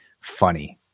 funny